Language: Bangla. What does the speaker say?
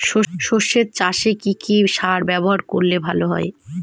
সর্ষে চাসে কি কি সার ব্যবহার করলে ভালো হয়?